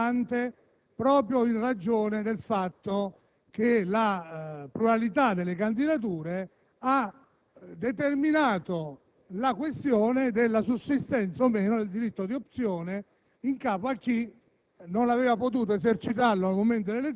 su un problema che si è posto in maniera rilevante proprio in ragione del fatto che la pluralità delle candidature ha determinato la questione della sussistenza o non del diritto di opzione, in capo a chi